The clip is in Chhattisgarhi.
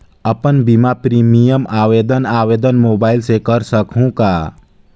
अपन बीमा प्रीमियम आवेदन आवेदन मोबाइल से कर सकहुं का?